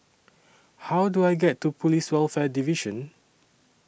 How Do I get to Police Welfare Division